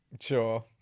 sure